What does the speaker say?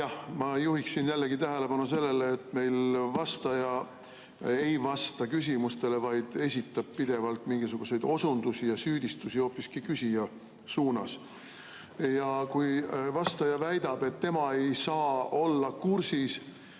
Ma juhiksin jälle tähelepanu sellele, et meil vastaja ei vasta küsimustele, vaid esitab pidevalt mingisuguseid osundusi ja süüdistusi hoopis küsija suunas. Ja kui vastaja väidab, et tema ei saa olla kursis